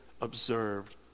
observed